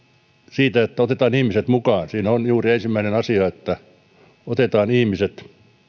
siitä että otetaan ihmiset mukaan siinä on juuri ensimmäinen asia että otetaan ihmiset